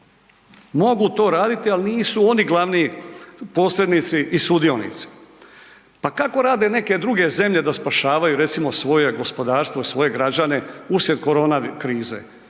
Mogu to raditi, ali nisu oni glavni posrednici i sudionici. Pa kako rade neke druge zemlje da spašavaju recimo svoje gospodarstvo i svoje građane usred korona krize?